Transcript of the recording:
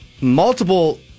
multiple